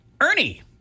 Ernie